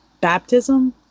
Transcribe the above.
baptism